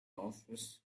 office